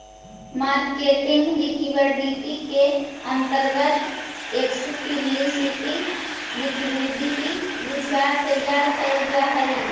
marketing liquidity के अंतर्गत explicit liquidity reserve तैयार कैल जा हई